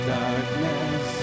darkness